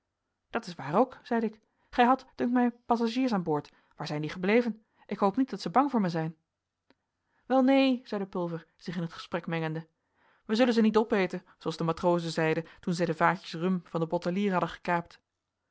dat is waar ook zeide ik gij hadt dunkt mij passagiers aan boord waar zijn die gebleven ik hoop niet dat zij bang voor mij zijn wel neen zeide pulver zich in het gesprek mengende wij zullen ze niet opeten zooals de matrozen zeiden toen zij de vaatjes rum van den bottelier hadden gekaapt